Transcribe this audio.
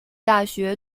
大学